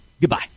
Goodbye